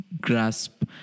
grasp